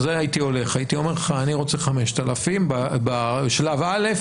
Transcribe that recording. הייתי אומר לך שאני רוצה 5,000 בשלב א',